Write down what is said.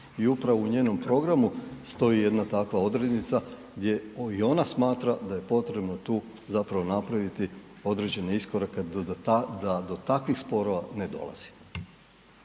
I upravo u njenom programu stoji jedna takva odrednica gdje i ona smatra da je potrebno tu zapravo napraviti određene iskorake da do takvih sporova ne dolazi.